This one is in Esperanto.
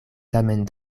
tamen